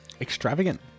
extravagant